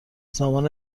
زمان